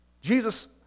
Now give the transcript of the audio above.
Jesus